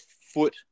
foot